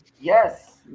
Yes